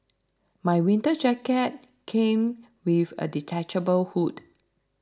my winter jacket came with a detachable hood